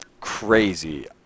crazy